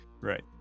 right